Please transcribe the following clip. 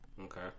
Okay